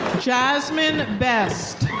jasmine best.